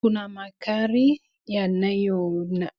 Kuna magari